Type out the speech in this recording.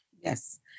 Yes